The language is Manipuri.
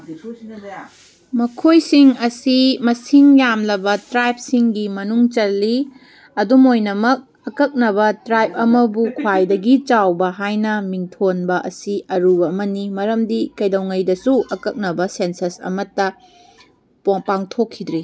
ꯃꯈꯣꯁꯤꯡ ꯑꯁꯤ ꯃꯁꯤꯡ ꯌꯥꯝꯂꯕ ꯇ꯭ꯔꯥꯏꯞꯁꯤꯡꯒꯤ ꯃꯅꯨꯡ ꯆꯜꯂꯤ ꯑꯗꯨꯝ ꯑꯣꯏꯅꯃꯛ ꯑꯀꯛꯅꯕ ꯇ꯭ꯔꯥꯏꯞ ꯑꯃꯕꯨ ꯈ꯭ꯋꯥꯏꯗꯒꯤ ꯆꯥꯎꯕ ꯍꯥꯏꯅ ꯃꯤꯡꯊꯣꯟꯕ ꯑꯁꯤ ꯑꯔꯨꯕ ꯑꯃꯅꯤ ꯃꯔꯝꯗꯤ ꯀꯩꯗꯧꯉꯩꯗꯁꯨ ꯑꯀꯛꯅꯕ ꯁꯦꯟꯁꯁ ꯑꯃꯇ ꯄꯥꯡꯊꯣꯛꯈꯤꯗ꯭ꯔꯤ